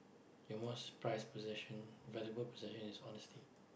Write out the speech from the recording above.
your most prized possession valuable possession is honesty